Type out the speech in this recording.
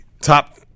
top